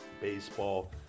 baseball